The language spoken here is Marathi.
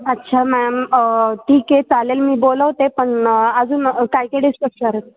अच्छा मॅम ठीकआहे चालेल मी बोलवते पण अजून काय काय डिस्कस करा